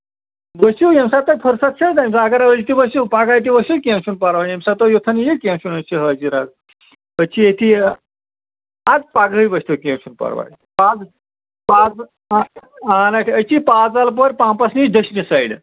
ؤسِو ییٚمہِ ساتہٕ تۄہہِ پھٕرسَتھ چھےٚ اَگر أزۍ تہِ ؤسِو پَگاہ تہِ ؤسِو کیٚنہہ چھُنہٕ پَرواے ییٚمہِ ساتہٕ تُہۍ یوتَن یِیِو کیٚنہہ چھُنہٕ أسۍ چھِ حٲضِر حظ أسۍ چھِ ییٚتہِ یہِ اَدٕ پَگہٕے ؤسِو کیٚنہہ چھُنہٕ پَرواے اہن حظ چھِ أتی پازَل پورِ پَمپَس نِش دٔچھنہِ سایڈ